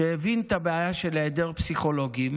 שהבין את הבעיה של היעדר פסיכולוגים,